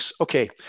Okay